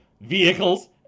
vehicles